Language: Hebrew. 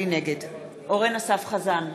נגד אורן אסף חזן,